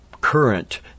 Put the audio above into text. current